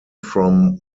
from